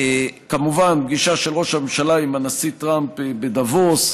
כמובן פגישה של ראש הממשלה עם הנשיא טראמפ בדבוס,